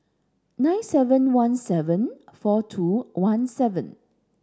nine seven one seven four two one seven